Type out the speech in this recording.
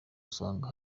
usanga